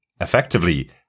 effectively